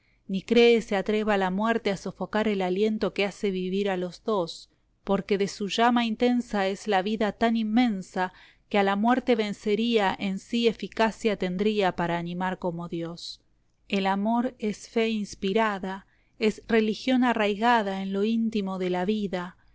ni cree se atreva la muerte a sofocar el aliento que hace vivir a los dos porque de su llama intensa es la vida tan inmensa que a la muerte vencería y en sí eficacia tendría para animar como dios esteban echeverbía el amor es fe inspirada es religión arraigada en lo íntimo de la vida